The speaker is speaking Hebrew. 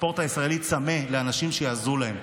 הספורט הישראלי צמא לאנשים שיעזרו להם,